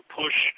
push